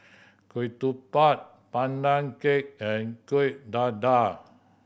ketupat Pandan Cake and Kueh Dadar